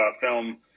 film